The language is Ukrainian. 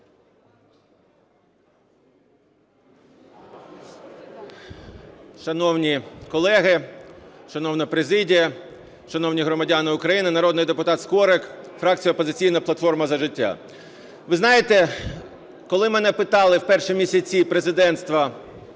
Шановні колеги, шановна президія, шановні громадяни України! Народний депутат Скорик, фракція "Опозиційна платформа – За життя". Ви знаєте, коли мене питали в перші місяці президентства Зеленського